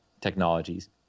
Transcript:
technologies